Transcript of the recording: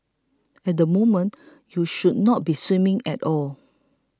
at the moment you should not be swimming at all